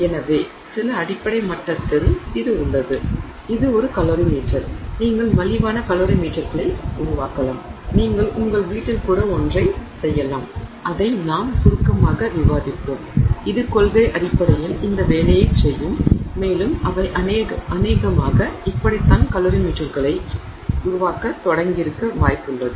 எனவே இது சில அடிப்படை மட்டத்தில் உள்ளது இது ஒரு கலோரிமீட்டர் நீங்கள் மலிவான கலோரிமீட்டர்களை உருவாக்கலாம் நீங்கள் உங்கள் வீட்டில் கூட ஒன்றை செய்யலாம் அதை நாம் சுருக்கமாக விவாதிப்போம் இது கொள்கை அடிப்படையில் இந்த வேலையைச் செய்யும் மேலும் அவை அநேகமாக இப்படித்தான் கலோரிமீட்டர்களை உருவாக்கத் தொடங்கியிருக்க வாய்ப்புள்ளது